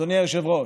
אדוני היושב-ראש,